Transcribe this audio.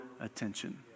attention